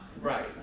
right